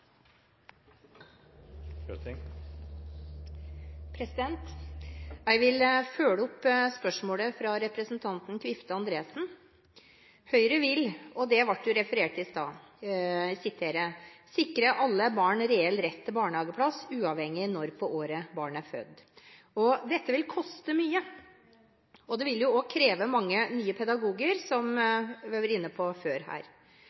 Jeg vil følge opp spørsmålet fra representanten Kvifte Andresen. Høyre vil – og det ble jo referert i stad – «sikre alle barn reell rett til barnehageplass, uavhengig av når på året barnet er født». Dette vil koste mye, og det vil også kreve mange nye pedagoger, noe vi har vært inne på før,